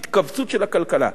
התכווצות של הכלכלה.